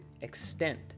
extent